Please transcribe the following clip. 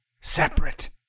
separate